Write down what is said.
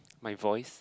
my voice